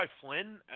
Flynn